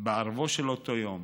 בערבו של אותו יום